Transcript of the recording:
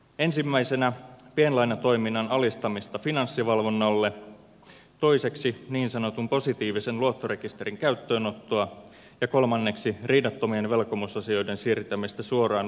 ensimmäisenä pienlainatoiminnan alistamista finanssivalvonnalle toiseksi niin sanotun positiivisen luottorekisterin käyttöönottoa ja kolmanneksi riidattomien velkomusasioiden siirtämistä suoraan ulosottoon